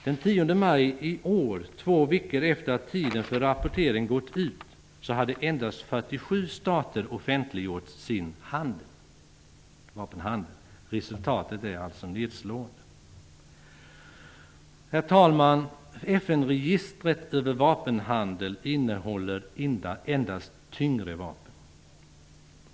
Den 10 maj i år, två veckor efter det att tiden för rapportering gått ut, hade endast 47 stater offentliggjort sin vapenhandel. Resultatet är alltså nedslående. Herr talman! FN-registret över vapenhandel innehåller endast tyngre vapen.